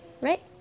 right